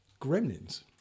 Gremlins